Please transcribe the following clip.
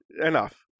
enough